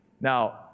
Now